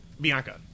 Bianca